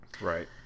Right